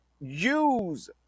use